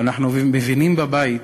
ואנחנו מבינים בבית